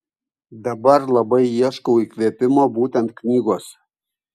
dabar labai ieškau įkvėpimo būtent knygose